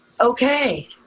okay